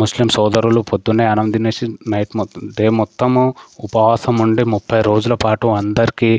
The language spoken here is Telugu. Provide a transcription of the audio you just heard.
ముస్లిం సోదరులు పొద్దున్నే అన్నం తినేసి నైట్ మొత్తము డే మొత్తము ఉపవాసం ఉండి ముప్పై రోజుల పాటు అందరికి